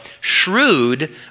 shrewd